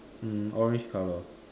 hmm orange color